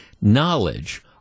knowledge